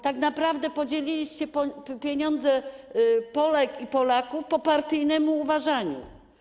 Tak naprawdę podzieliliście pieniądze Polek i Polaków według partyjnego poważania.